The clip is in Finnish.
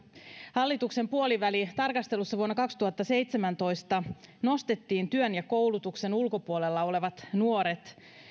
hallituksen puolivälitarkastelussa vuonna kaksituhattaseitsemäntoista nostettiin työn ja koulutuksen ulkopuolella olevat nuoret